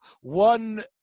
one